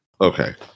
Okay